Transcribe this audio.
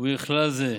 ובכלל זה: